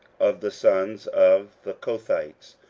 of the sons of the kohathites,